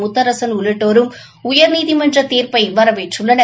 முத்தரசன் உள்ளிட்டோரும் உயர்நீதிமன்ற தீர்ப்பை வரவேற்றுள்ளனர்